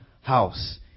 house